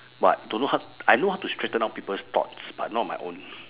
but don't know how I know how to straighten out people's thoughts but not my own